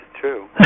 true